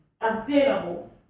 available